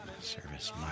Service